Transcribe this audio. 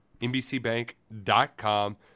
nbcbank.com